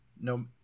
No